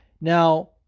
Now